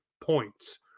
points